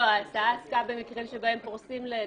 לא, ההצעה עסקה במקרים שבהם פורסים לתשלומים,